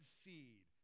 seed